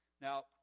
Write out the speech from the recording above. Now